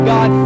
God